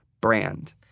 brand